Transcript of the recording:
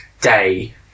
day